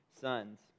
sons